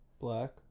black